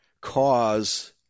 cause